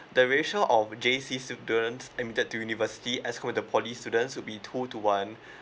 the ratio of J_C students admitted to university as compared to poly students would be two to one